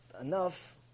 enough